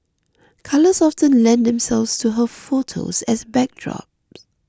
colours often lend themselves to her photos as backdrops